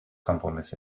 kompromiss